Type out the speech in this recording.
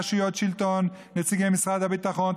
רשויות שלטון: נציגי משרד הביטחון,